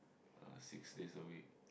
uh six days a week